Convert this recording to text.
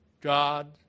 God